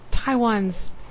Taiwan's